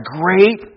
great